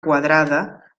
quadrada